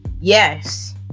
yes